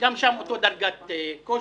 גם שם אותה דרגת קושי.